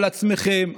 על עצמכם,